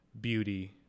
beauty